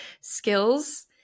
skills